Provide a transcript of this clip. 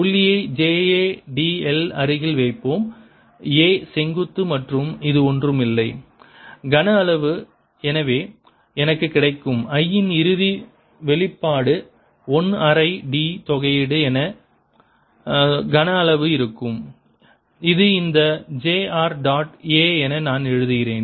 புள்ளியை j a dl அருகில் வைக்கவும் a செங்குத்து மற்றும் இது ஒன்றும் இல்லை கனஅளவு எனவே எனக்கு கிடைக்கும் I இன் இறுதி வெளிப்பாடு 1 அரை d தொகையீடு கன அளவு இருக்கும் இது இந்த j r டாட் A என நான் எழுதுகிறேன்